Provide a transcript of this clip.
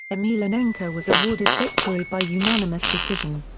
emelianenko was awarded victory by unanimous decision.